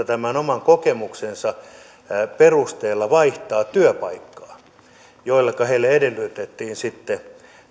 tämän oman kokemuksensa perusteella vaihtaa työpaikkaa jolloinka heille edellytettiin sitten